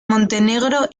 montenegro